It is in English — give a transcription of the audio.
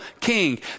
king